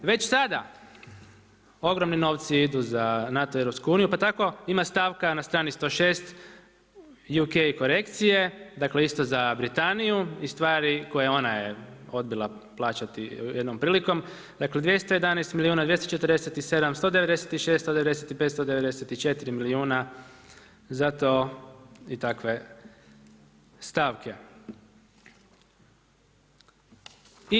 Već sada ogromni novci idu za NATO i EU pa tako ima stavka na strani 106 UK korekcije dakle isto za Britaniju i stvari koja je ona odbila plaćati jednom prilikom, dakle 211 milijuna, 247, 196, 195, 194 milijuna za to i takve stavke.